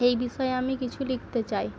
এই বিষয়ে আমি কিছু লিখতে চাই